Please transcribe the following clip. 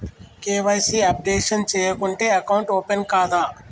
KYC updation చేయకుంటే account open కాదా?